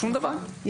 שום דבר,